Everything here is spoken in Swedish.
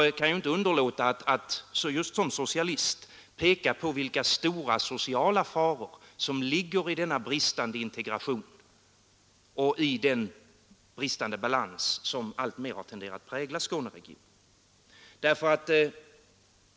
Jag kan inte underlåta att just som socialist peka på de stora sociala faror som ligger i denna bristande integration och i den bristande balans som alltmer tenderar att prägla Skåne.